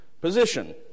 position